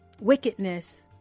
wickedness